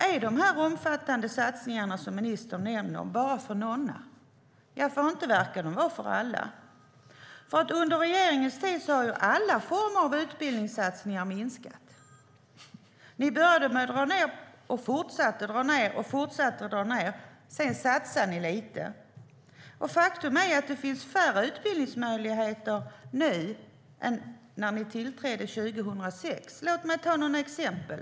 Är de omfattande satsningar som ministern nämner bara för några? Inte verkar de vara för alla. Under regeringens tid har ju alla former av utbildningssatsningar minskat. Ni började med att dra ned, fortsatte att dra ned och satsade sedan lite. Faktum är att det finns färre utbildningsmöjligheter nu än när ni tillträdde 2006. Låt mig ta några exempel.